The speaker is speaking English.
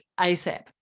ASAP